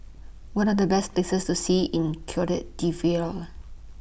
What Are The Best Places to See in Cote D'Ivoire